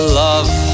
love